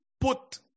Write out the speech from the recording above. put